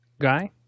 Guy